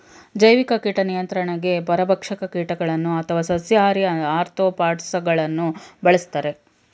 ಜೈವಿಕ ಕೀಟ ನಿಯಂತ್ರಣಗೆ ಪರಭಕ್ಷಕ ಕೀಟಗಳನ್ನು ಅಥವಾ ಸಸ್ಯಾಹಾರಿ ಆಥ್ರೋಪಾಡ್ಸ ಗಳನ್ನು ಬಳ್ಸತ್ತರೆ